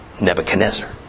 Nebuchadnezzar